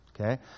Okay